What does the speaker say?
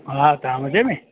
हा तां मजे में